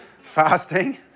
Fasting